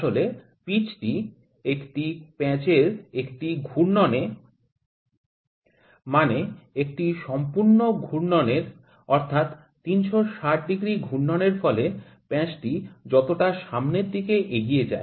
আসলে পিচ টি একটি প্যাঁচ এর একটি ঘূর্ণনে মানে একটি সম্পূর্ণ ঘুর্ণনের অর্থাৎ ৩৬০ ডিগ্রী ঘূর্ণনের ফলে প্যাঁচটি যতটা সামনের দিকে এগিয়ে যায়